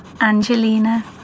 Angelina